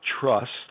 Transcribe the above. trust